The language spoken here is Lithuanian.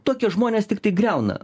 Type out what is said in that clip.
tokie žmonės tiktai griauna